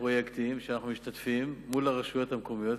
פרויקטים שאנחנו משתתפים מול הרשויות המקומיות,